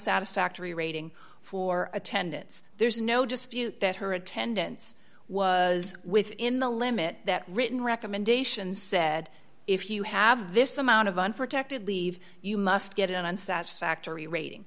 satisfactory rating for attendance there's no dispute that her attendance was within the limit that written recommendations said if you have this amount of unprotected leave you must get in on satisfactory rating